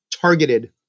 targeted